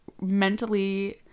mentally